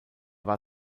war